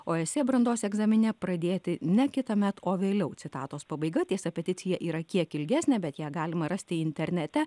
o esė brandos egzamine pradėti ne kitąmet o vėliau citatos pabaiga tiesa peticija yra kiek ilgesnė bet ją galima rasti internete